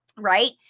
right